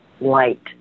light